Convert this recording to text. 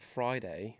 Friday